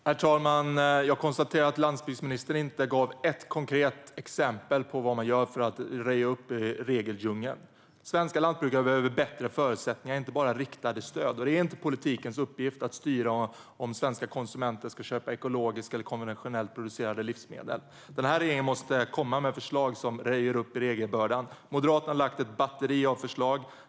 Herr talman! Jag konstaterar att landsbygdsministern inte gav ett konkret exempel på vad man gör för att röja upp i regeldjungeln. Svenska lantbrukare behöver bättre förutsättningar och inte bara riktade stöd. Det är inte politikens uppgift att styra om svenska konsumenter ska köpa ekologiska eller konventionellt producerade livsmedel. Regeringen måste komma med förslag som röjer i regelbördan. Moderaterna har lagt fram ett batteri av förslag.